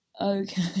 okay